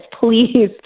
please